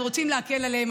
אנחנו רוצים להקל עליהם.